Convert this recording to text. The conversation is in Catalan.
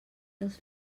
dels